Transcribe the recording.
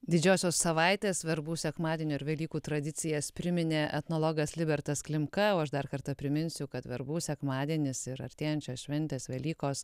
didžiosios savaitės verbų sekmadienio ir velykų tradicijas priminė etnologas libertas klimka o aš dar kartą priminsiu kad verbų sekmadienis ir artėjančios šventės velykos